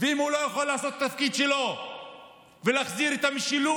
ואם הוא לא יכול לעשות את התפקיד שלו ולהחזיר את המשילות,